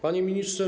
Panie Ministrze!